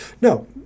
No